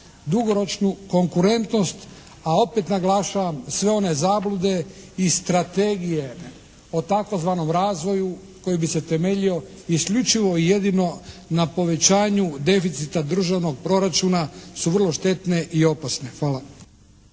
dugoročnu konkurentnost, a opet naglašavam sve one zablude i strategije o tzv. razvoju koji bi se temeljio isključivo i jedino na povećanju deficita državnog proračuna su vrlo štetne i opasne. Hvala.